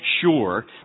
sure